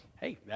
hey